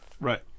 Right